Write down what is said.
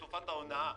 תופעת ההונאה,